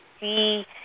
see